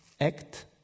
act